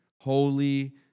Holy